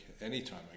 anytime